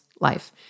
life